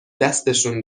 دستشون